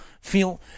feel